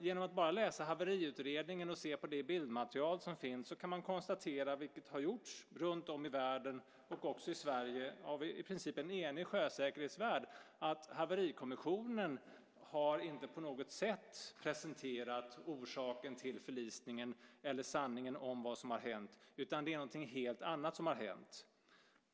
Genom att bara läsa haveriutredningen och se på det bildmaterial som finns kan man konstatera, vilket har gjorts runtom i världen och också i Sverige av i princip en enig sjösäkerhetsvärld, att haverikommissionen inte på något sätt har presenterat orsaken till förlisningen eller sanningen om vad som har hänt, utan det är något helt annat som har hänt.